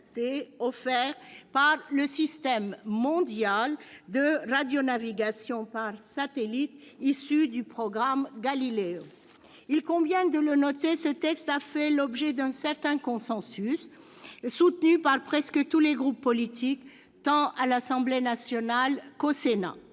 offert par le système mondial de radionavigation par satellite issu du programme Galileo. Il convient de le noter, ce texte a fait l'objet d'un certain consensus, soutenu par presque tous les groupes politiques, tant à l'Assemblée nationale qu'au Sénat.